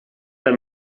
der